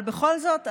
אבל בכל זאת,